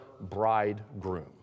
bridegroom